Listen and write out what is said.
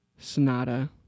Sonata